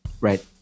Right